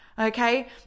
Okay